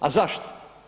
A zašto?